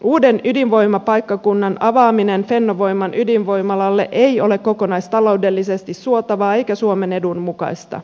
uuden ydinvoimapaikkakunnan avaaminen fennovoiman ydinvoimalalle ei ole kokonaistaloudellisesti suotavaa eikä suomen edun mukaista